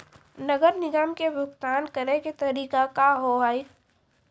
नगर निगम के भुगतान करे के तरीका का हाव हाई?